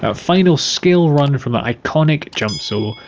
ah final scale run from the iconic jump solo.